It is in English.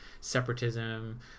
separatism